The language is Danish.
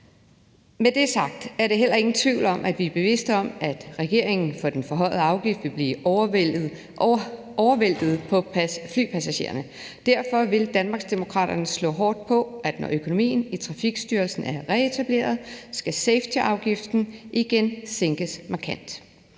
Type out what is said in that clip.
Med det sagt er der heller ingen tvivl om, at vi er bevidste om, at regningen for den forhøjede afgift vil blive overvæltet på flypassagererne. Derfor vil Danmarksdemokraterne slå hårdt på, at når økonomien i Trafikstyrelsen er reetableret, skal safetyafgiften igen sænkes markant,